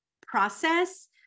process